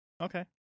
Okay